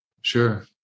Sure